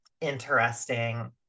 interesting